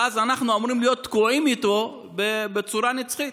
ואז אנחנו אמורים להיות תקועים איתו בצורה נצחית.